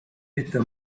esta